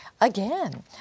Again